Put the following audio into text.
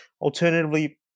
Alternatively